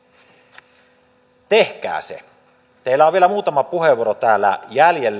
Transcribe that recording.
teillä on vielä muutama puheenvuoro täällä jäljellä